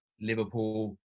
Liverpool